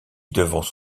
devance